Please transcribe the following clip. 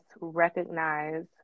recognize